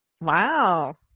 Wow